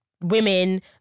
women